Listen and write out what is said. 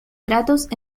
tratos